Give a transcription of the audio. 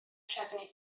trefnu